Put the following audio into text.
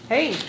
Hey